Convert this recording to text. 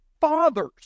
fathers